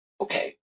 okay